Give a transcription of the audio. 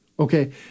Okay